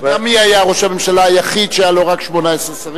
אתה יודע מי ראש הממשלה היחיד שהיו לו 18 שרים?